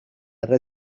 erre